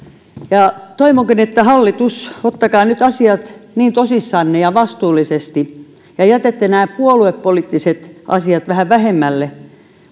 toivonkin hallitus ottakaa nyt asiat niin tosissanne ja vastuullisesti ja jättäkää nämä puoluepoliittiset asiat vähän vähemmälle